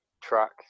track